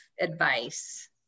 advice